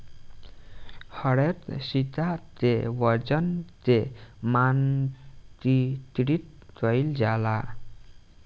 हरेक सिक्का के वजन के मानकीकृत कईल जाला